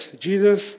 Jesus